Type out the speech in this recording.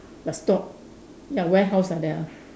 bus stop ya warehouse like that ah